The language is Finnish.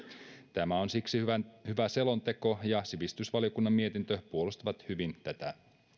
siksi tämä hyvä selonteko ja sivistysvaliokunnan mietintö puolustavat hyvin tätä